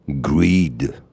greed